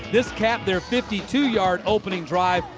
this capped their fifty two yard opening drive,